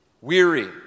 Weary